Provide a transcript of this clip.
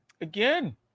Again